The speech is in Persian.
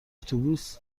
اتوبوس